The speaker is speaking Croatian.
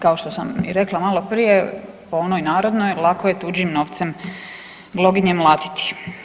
Kao što sam rekla maloprije po onoj narodnoj, lako je tuđim novcem gloginje mlatiti.